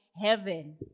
heaven